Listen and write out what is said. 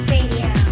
Radio